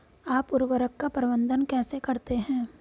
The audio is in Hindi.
आप उर्वरक का प्रबंधन कैसे करते हैं?